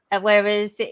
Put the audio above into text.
Whereas